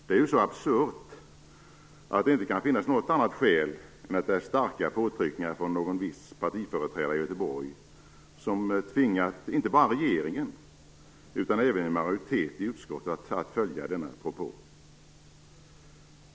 Det är så absurt att man kan misstänka att det inte finns något annat skäl än att det är starka påtryckningar från en viss partiföreträdare i Göteborg som tvingat inte bara regeringen utan även en majoritet i utskottet att följa denna propå.